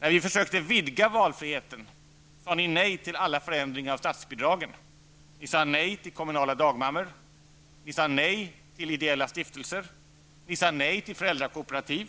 När vi försökte vidga valfriheten, sade ni nej till alla förändringar av statsbidragen. Ni sade nej till kommunala dagmammor, ni sade nej till ideella stiftelser, ni sade nej till föräldrakooperativ,